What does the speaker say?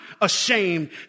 ashamed